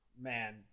man